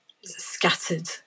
scattered